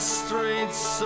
streets